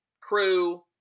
crew